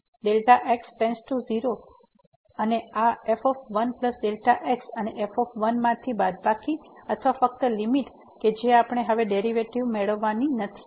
તેથી limit Δ x → 0 અને આ f 1 Δ x અને f માંથી બાદબાકી અથવા ફક્ત લીમીટ કે જે આપણે હવે ડેરીવેટીવ મેળવવાની નથી